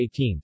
18